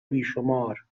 بیشمار